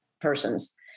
persons